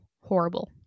horrible